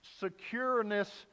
secureness